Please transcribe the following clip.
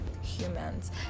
humans